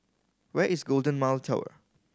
where is Golden Mile Tower